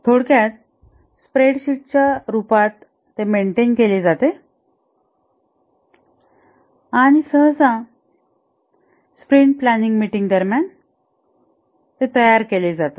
थोडक्यात स्प्रेडशीटच्या रूपात मेंटेन केले जाते आणि सहसा स्प्रिंट प्लांनिंग मीटिंग दरम्यान तयार केले जाते